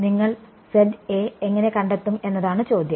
നിങ്ങൾ എങ്ങനെ കണ്ടെത്തും എന്നതാണ് ചോദ്യം